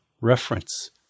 reference